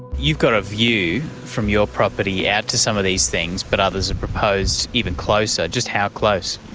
you've got a view from your property out to some of these things but others are proposed even closer. just how close?